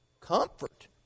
Comfort